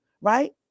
right